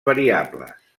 variables